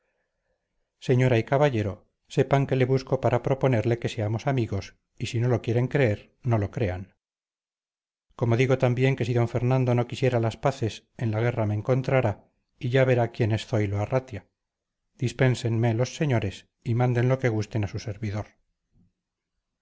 señora y caballero sepan que le busco para proponerle que seamos amigos y si no lo quieren creer no lo crean como digo también que si d fernando no quisiera las paces en la guerra me encontrará y ya verá quién es zoilo arratia dispénsenme los señores y manden lo que gusten a su servidor